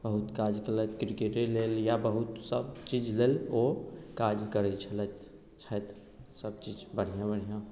बहुत काज केलथि किरकेटे लेल या बहुत सब चीज लेल ओ काज करै छलथि छथि सब चीज बढ़िआँ बढ़िआँ